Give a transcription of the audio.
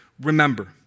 Remember